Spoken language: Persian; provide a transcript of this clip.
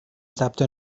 ثبت